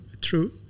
true